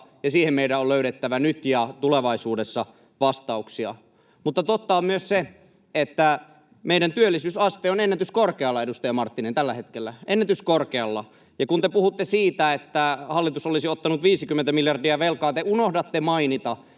ja siihen meidän on löydettävä nyt ja tulevaisuudessa vastauksia. Mutta totta on myös se, että meidän työllisyysaste on ennätyskorkealla, edustaja Marttinen, tällä hetkellä — ennätyskorkealla. Ja kun te puhutte siitä, että hallitus olisi ottanut 50 miljardia velkaa, te unohdatte mainita,